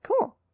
Cool